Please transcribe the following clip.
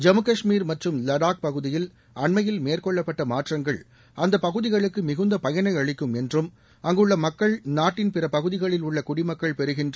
ஜம்மு கஷ்மீர் மற்றும் லடாக் பகுதியில் அண்மையில் மேற்கொள்ளப்பட்ட மாற்றங்கள் அந்தப் பகுதிகளுக்கு மிகுந்த பயனை அளிக்கும் என்றும் அங்குள்ள மக்கள் நாட்டின் பிற பகுதிகளில் உள்ள குடிமக்கள் பெறுகின்ற